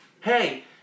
Hey